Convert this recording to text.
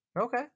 Okay